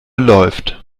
läuft